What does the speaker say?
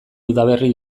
udaberri